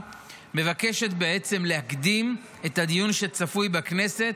מבקשת בעצם להקדים את הדיון שצפוי בכנסת